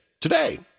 today